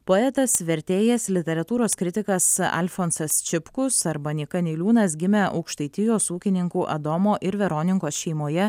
poetas vertėjas literatūros kritikas alfonsas čipkus arba nyka niliūnas gimė aukštaitijos ūkininkų adomo ir veronikos šeimoje